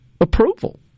approval